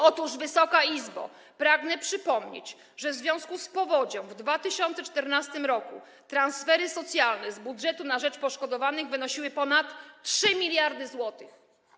Otóż, Wysoka Izbo, pragnę przypomnieć, że w związku z powodzią w 2014 r. transfery socjalne z budżetu na rzecz poszkodowanych wynosiły ponad 3 mld zł.